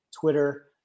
Twitter